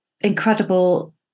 incredible